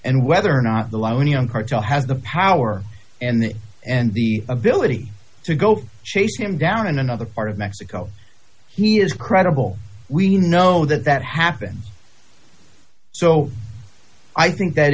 and whether or not the cartel has the power and the and the ability to go chase him down in another part of mexico he is credible we know that that happened so i think that